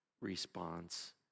response